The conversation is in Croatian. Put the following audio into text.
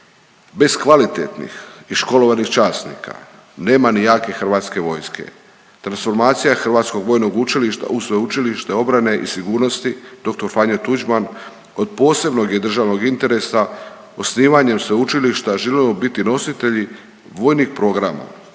Bez kvalitetnih i školovanih časnika nema ni jake hrvatske vojske. Transformacija Hrvatskog vojnog učilišta u Sveučilište obrane i sigurnosti dr. Franjo Tuđman od posebnog je državnog interesa. Osnivanjem sveučilišta želimo biti nositelji vojnih programa